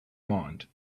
mind